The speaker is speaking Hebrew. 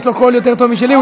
יש לו קול יותר טוב משלי,